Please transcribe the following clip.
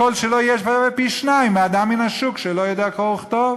הקול שלו יהיה שווה פי-שניים מהקול של אדם מן השוק שלא יודע קרוא וכתוב.